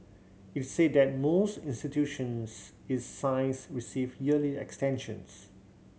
it said that most institutions its size receive yearly extensions